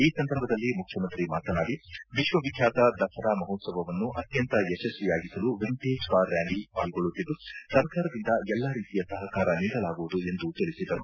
ಈ ಸಂದರ್ಭದಲ್ಲಿ ಮುಖ್ಯಮಂತ್ರಿ ಮಾತನಾಡಿ ವಿಶ್ವವಿಖ್ಯಾತ ದಸರಾ ಮಹೋತ್ತವವನ್ನು ಆತ್ಮಂತ ಯಶಸ್ನಿಯಾಗಿಸಲು ವಿಂಟೇಜ್ ಕಾರ್ ರ್ಕಾಲಿ ಪಾಲ್ಗೊಳ್ಳುತ್ತಿದ್ದು ಸರ್ಕಾರದಿಂದ ಎಲ್ಲಾ ರೀತಿಯ ಸಹಕಾರ ನೀಡಲಾಗುವುದು ಎಂದು ತಿಳಿಸಿದರು